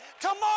tomorrow